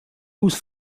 whose